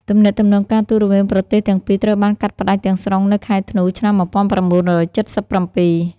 ទំនាក់ទំនង ការទូតរវាងប្រទេសទាំងពីរត្រូវបានកាត់ផ្តាច់ទាំងស្រុងនៅខែធ្នូ ឆ្នាំ១៩៧៧។